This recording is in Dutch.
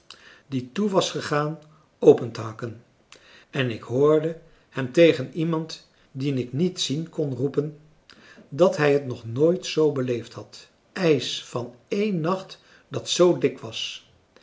die toe was gegaan open te hakken en ik hoorde hem tegen iemand dien ik niet zien kon roepen dat hij het nog nooit zoo beleefd had ijs van één nacht dat zoo dik was